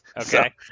Okay